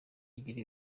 agira